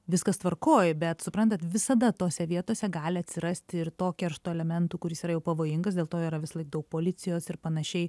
viskas tvarkoj bet suprantat visada tose vietose gali atsirasti ir to keršto elementų kuris yra pavojingas dėl to yra visąlaik daug policijos ir panašiai